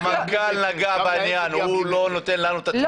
--- המנכ"ל נגע בעניין הוא לא נותן לנו את התשובות.